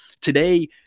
today